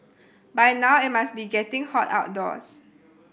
by now it must be getting hot outdoors